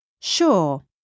Sure